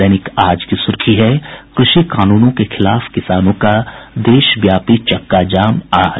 दैनिक आज की सुर्खी है कृषि कानूनों के खिलाफ किसानों का देशव्यापी चक्का जाम आज